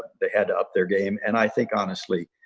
they had to up their game and i think honestly